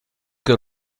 que